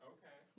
Okay